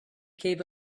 gave